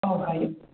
ꯑꯧ ꯍꯥꯏꯌꯨ